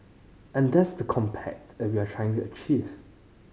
and that's the compact are we're trying to achieve